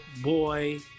boy